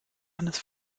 eines